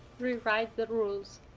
rewrite the rules.